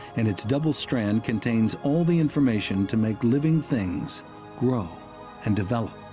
and its double strand contains all the information to make living things grow and develop.